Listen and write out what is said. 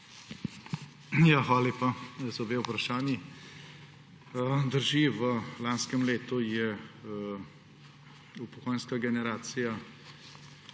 Hvala lepa za obe vprašanji. Drži, v lanskem letu je upokojenska generacija